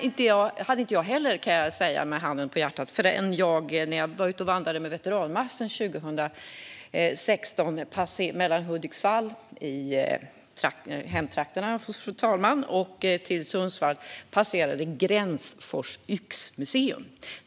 Det hade inte jag heller, kan jag säga med handen på hjärtat, förrän jag år 2016 var ute och vandrade med Veteranmarschen mellan Hudiksvall - fru talmannens hemtrakter - och Sundsvall. Vi passerade då Gränsfors yxmuseum.